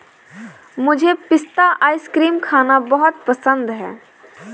मुझे पिस्ता आइसक्रीम खाना बहुत पसंद है